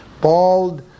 bald